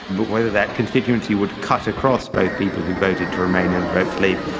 but whether that constituency would cut across both people who voted to remain and voted to leave,